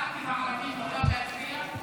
לח"כים הערבים מותר להצביע?